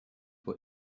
were